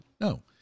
No